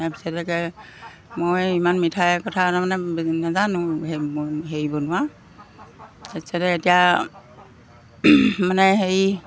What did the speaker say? তাৰপিছলৈকে মই ইমান মিঠাইৰ কথা তাৰমানে নাজানো হেৰি বনোৱা তাৰপিছতে এতিয়া মানে হেৰি